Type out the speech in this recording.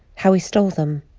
how he stole them,